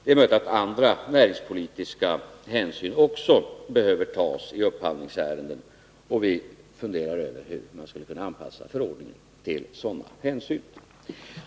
Det är möjligt att andra näringspolitiska hänsyn också behöver tas i upphandlingsärenden, och vi funderar över hur man skulle kunna anpassa förordningen till sådana hänsyn.